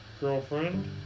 Girlfriend